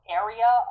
area